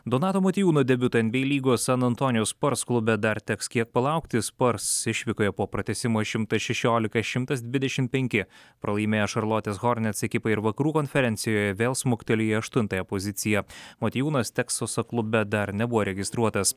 donato motiejūno debiuto en by ei lygos san antonijaus spurs klube dar teks kiek palaukti spurs išvykoje po pratęsimo šimtas šešiolika šimtas dvidešim penki pralaimėjo šarlotės hornets ekipai ir vakarų konferencijoje vėl smuktelėjo į aštuntąją poziciją motiejūnas teksaso klube dar nebuvo registruotas